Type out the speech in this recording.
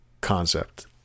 concept